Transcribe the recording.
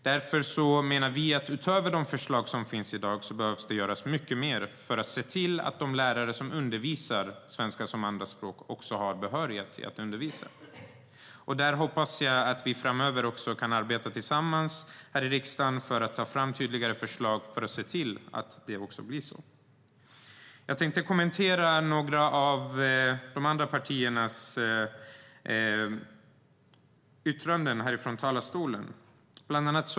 Därför anser vi att utöver de förslag som finns i dag behöver det göras mycket mer för att se till att de lärare som undervisar i svenska som andra språk också har behörighet att undervisa. Jag hoppas att vi framöver kan arbeta tillsammans här i riksdagen för att ta fram tydligare förslag och se till att det också blir så. Jag tänkte kommentera några av de andra partiernas yttranden från talarstolen.